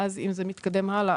ואז אם זה מתקדם הלאה.